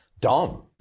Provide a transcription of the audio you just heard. dumb